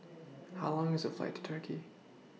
How Long IS The Flight to Turkey